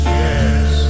yes